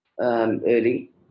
early